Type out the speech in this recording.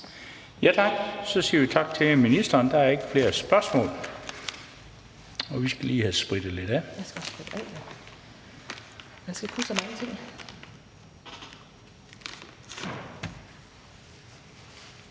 Ja tak. Så siger vi tak til ministeren. Der er ikke flere spørgsmål. Og vi skal lige have sprittet lidt af.